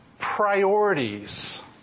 priorities